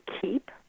keep